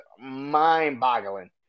mind-boggling